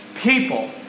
people